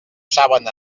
saben